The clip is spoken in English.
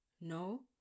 No